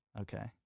Okay